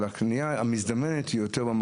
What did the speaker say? בתיק.